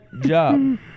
job